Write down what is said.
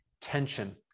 tension